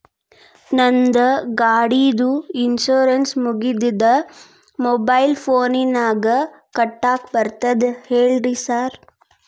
ನಂದ್ ಗಾಡಿದು ಇನ್ಶೂರೆನ್ಸ್ ಮುಗಿದದ ಮೊಬೈಲ್ ಫೋನಿನಾಗ್ ಕಟ್ಟಾಕ್ ಬರ್ತದ ಹೇಳ್ರಿ ಸಾರ್?